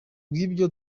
bw’ibyo